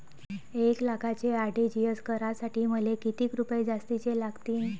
एक लाखाचे आर.टी.जी.एस करासाठी मले कितीक रुपये जास्तीचे लागतीनं?